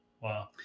Wow